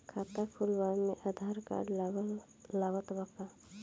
खाता खुलावे म आधार कार्ड लागत बा का?